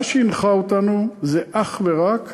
מה שהנחה אותנו זה אך ורק